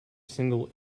single